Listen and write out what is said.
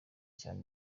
cyane